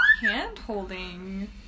Hand-holding